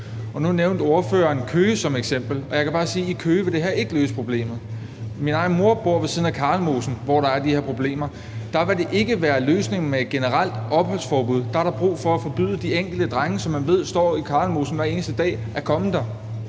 Nu nævnte ordføreren Køge som eksempel. Jeg kan bare sige, at det her ikke ville løse problemet i Køge. Min egen mor bor ved siden af Karlemoseparken, hvor der er de her problemer. Der vil det ikke være løsningen med et generelt opholdsforbud. Der er der brug for at forbyde de enkelte drenge, som man ved står i Karlemoseparken hver eneste dag, at komme der.